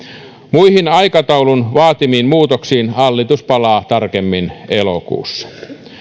muihin aikataulun vaatimiin muutoksiin hallitus palaa tarkemmin elokuussa